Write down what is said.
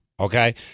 Okay